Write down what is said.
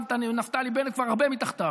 ונפתלי בנט כבר הרבה מתחתיו.